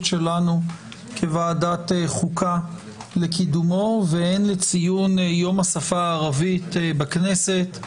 שלנו כוועדת חוקה לקידומו והן לציון יום השפה הערבית בכנסת.